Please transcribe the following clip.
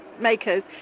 makers